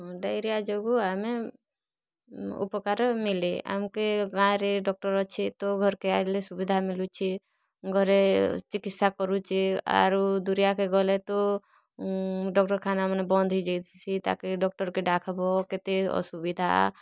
diarrhoea ଯୋଗୁଁ ଆମେ ଉପକାର ମିଲେ ଆମକେ୍ ଗାଁରେ ଡକ୍ଟର୍ ଅଛେ ତ ଘର୍କେ ଆଇଲେ ସୁବିଧା ମିଲୁଛି ଘରେ ଚିକିତ୍ସା କରୁଛେ ଆରୁ ଦୂରିଆ କେ ଗଲେ ତ ଡକ୍ଟରଖାନା ମାନେ ବନ୍ଦ ହେଇ ଯାଇସି ତାକେ ଡକ୍ଟର୍କେ ଡାଖ୍ବ କେତେ ଅସୁବିଧା